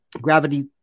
gravity